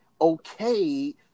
okay